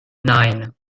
nine